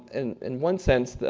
and in one sense,